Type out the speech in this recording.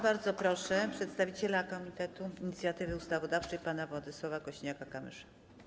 Bardzo proszę przedstawiciela Komitetu Inicjatywy Ustawodawczej pana Władysława Kosiniaka-Kamysza.